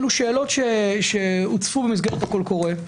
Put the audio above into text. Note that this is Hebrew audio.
אלה שאלות שהוצפו במסגרת הקול הקורא.